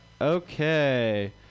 okay